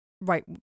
right